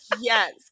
Yes